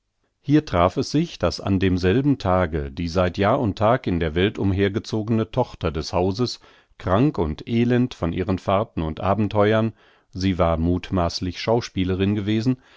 hier traf es sich daß an demselben tage die seit jahr und tag in der welt umhergezogene tochter des hauses krank und elend von ihren fahrten und abenteuern sie war muthmaßlich schauspielerin gewesen